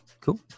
Cool